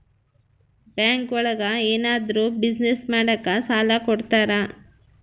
bank ಒಳಗ ಏನಾದ್ರೂ business ಮಾಡಾಕ ಸಾಲ ಕೊಡ್ತಾರ